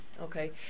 okay